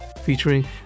featuring